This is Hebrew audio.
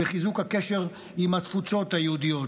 בחיזוק הקשר עם התפוצות היהודיות,